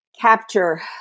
capture